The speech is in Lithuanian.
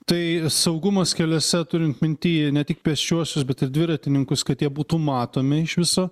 tai saugumas keliuose turint minty ne tik pėsčiuosius bet ir dviratininkus kad jie būtų matomi iš viso